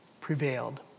prevailed